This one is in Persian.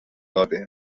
داده